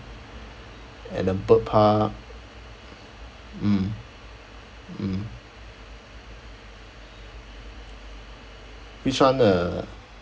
and the bird park mm mm which one the